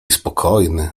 spokojny